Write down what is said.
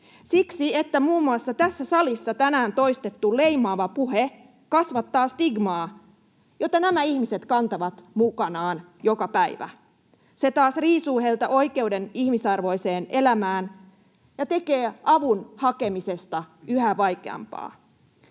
Siksi, että muun muassa tässä salissa tänään toistettu leimaava puhe kasvattaa stigmaa, jota nämä ihmiset kantavat mukanaan joka päivä. Se taas riisuu heiltä oikeuden ihmisarvoiseen elämään ja tekee avun hakemisesta yhä vaikeampaa.